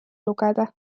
lugeda